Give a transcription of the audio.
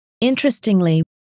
Interestingly